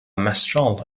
mistral